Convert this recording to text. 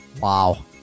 Wow